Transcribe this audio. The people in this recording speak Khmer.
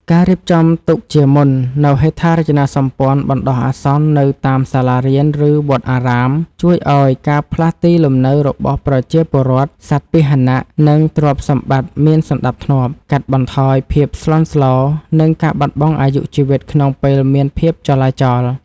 ការរៀបចំទុកជាមុននូវហេដ្ឋារចនាសម្ព័ន្ធបណ្ដោះអាសន្ននៅតាមសាលារៀន ឬវត្តអារាម ជួយឱ្យការផ្លាស់ទីលំនៅរបស់ប្រជាពលរដ្ឋ សត្វពាហនៈ និងទ្រព្យសម្បត្តិមានសណ្ដាប់ធ្នាប់ កាត់បន្ថយភាពស្លន់ស្លោ និងការបាត់បង់អាយុជីវិតក្នុងពេលមានភាពចលាចល។